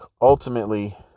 ultimately